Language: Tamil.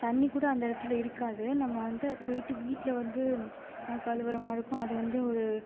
தண்ணி கூட அந்த இடத்துல இருக்காது நம்ம வந்து போயிவிட்டு வீட்டில் வந்து கழுவுற மாரி இருக்கும் அது வந்து ஒரு